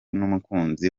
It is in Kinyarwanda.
n’umukunzi